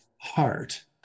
heart